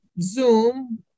Zoom